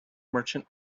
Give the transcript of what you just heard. merchant